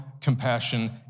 compassion